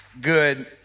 good